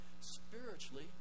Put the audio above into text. spiritually